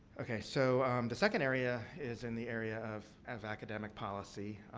okay. so the second area is in the area of of academic policy.